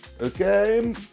Okay